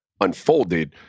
unfolded